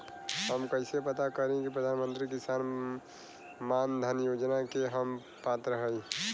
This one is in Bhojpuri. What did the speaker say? हम कइसे पता करी कि प्रधान मंत्री किसान मानधन योजना के हम पात्र हई?